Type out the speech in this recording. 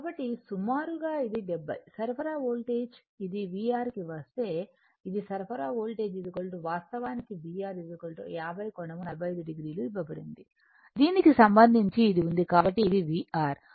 కాబట్టి సుమారుగా ఇది 70 సరఫరా వోల్టేజ్ ఇది VR కి వస్తే ఇది సరఫరా వోల్టేజ్ వాస్తవానికి VR 50 కోణం 45 o ఇవ్వబడింది దీనికి సంబంధించి ఇది ఉంది కాబట్టి ఇది VR